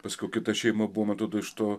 paskui kita šeima buvo man atrodo iš to